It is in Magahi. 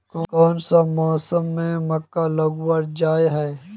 कोन सा मौसम में मक्का लगावल जाय है?